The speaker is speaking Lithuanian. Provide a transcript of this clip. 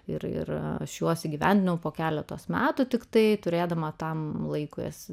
ir ir aš juos įgyvendinau po keleto metų tiktai turėdama tam laikui nes